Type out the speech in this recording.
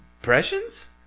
impressions